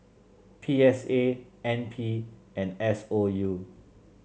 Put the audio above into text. P S A N P and S O U